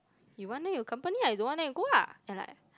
you want then you company ah you don't want then you go lah and like